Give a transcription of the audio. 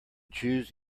choose